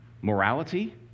morality